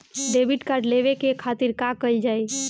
Debit card लेवे के खातिर का कइल जाइ?